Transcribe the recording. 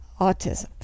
autism